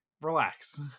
Relax